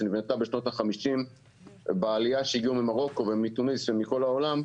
שנבנתה בשנות ה-50 בעלייה שהגיעו ממרוקו ומתוניס ומכל העולם,